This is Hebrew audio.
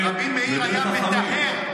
רבי מאיר היה מטהר,